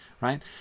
Right